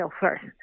first